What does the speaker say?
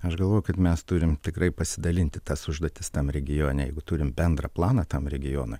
aš galvoju kad mes turim tikrai pasidalinti tas užduotis tam regione jeigu turim bendrą planą tam regionui